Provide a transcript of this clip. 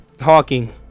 Hawking